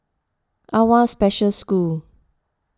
Awwa Special School